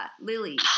Lily